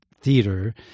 theater